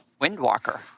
Windwalker